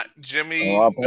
Jimmy